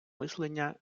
мислення